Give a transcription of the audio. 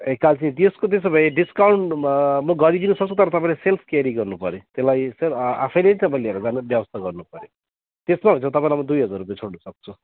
ए कालचिनी डिस्काउन्ड त्यसो भए डिस्काउन्ट म म गरिदिन सक्छु तर तपाईँले सेल्फ केरी गर्नुपर्यो त्यसलाई तर आफैले नै तपाईँले लिएर जाने व्यवस्था गर्नुपर्यो त्यसमा हो भने चाहिँ म तपाईँलाई दुई हजार रुपियाँ छोड्नसक्छु